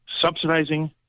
subsidizing